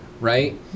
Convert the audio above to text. right